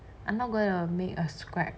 I'm not going to make a scrap